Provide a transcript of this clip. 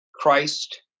Christ